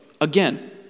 Again